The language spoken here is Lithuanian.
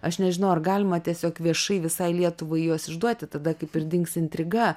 aš nežinau ar galima tiesiog viešai visai lietuvai juos išduoti tada kaip ir dings intriga